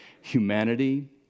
humanity